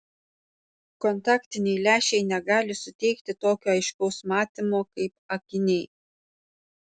kontaktiniai lęšiai negali suteikti tokio aiškaus matymo kaip akiniai